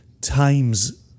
times